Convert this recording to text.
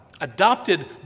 adopted